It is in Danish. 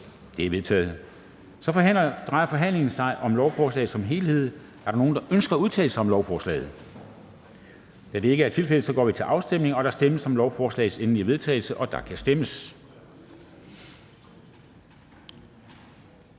Dam Kristensen): Så drejer forhandlingen sig om lovforslaget som helhed. Er der nogen, der ønsker at udtale sig om lovforslaget? Da det ikke er tilfældet, går vi til afstemning. Kl. 10:07 Afstemning Formanden (Henrik Dam Kristensen): Der stemmes